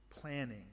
planning